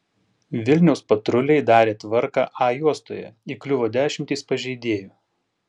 vilniaus patruliai darė tvarką a juostoje įkliuvo dešimtys pažeidėjų